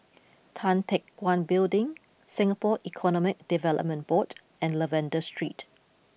Tan Teck Guan Building Singapore Economic Development Board and Lavender Street